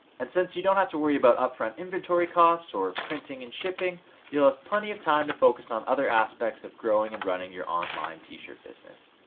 and since you don't have to worry about upfront inventory costs, or printing and shipping you'll have plenty of time to focus on other aspects of growing and running your online t-shirt business.